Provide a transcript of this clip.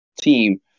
team